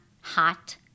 hot